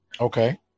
Okay